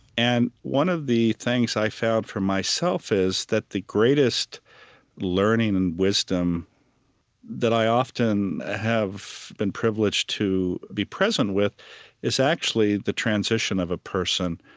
and one of the things i found for myself is that the greatest learning and wisdom that i often have been privileged to be present with is actually the transition of a person,